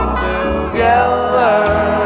together